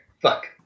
Fuck